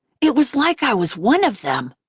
it was like i was one of them.